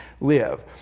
live